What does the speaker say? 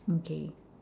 okay